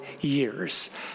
years